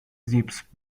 zip’s